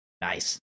Nice